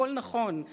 והכול נכון,